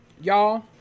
y'all